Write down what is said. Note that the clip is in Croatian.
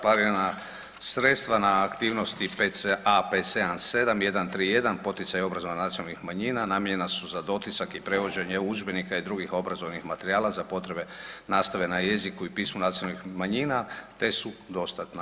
Planirana sredstva na aktivnosti PCA-577131, poticaj obrazovanja nacionalnih manjina namijenjena su na dotisak i prevođenje udžbenika i drugih obrazovnih materijala za potrebe nastave na jeziku i pismu nacionalnih manjina te su dostatna.